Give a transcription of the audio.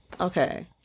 okay